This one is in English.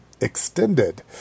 Extended